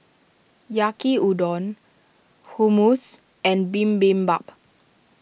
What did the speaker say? Yaki Udon Hummus and Bibimbap